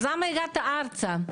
אז למה הגעת ארצה?